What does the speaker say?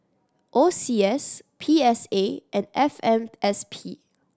O C S P S A and F M S P